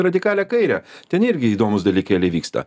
radikalią kairę ten irgi įdomūs dalykėliai vyksta